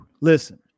Listen